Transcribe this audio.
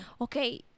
okay